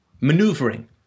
maneuvering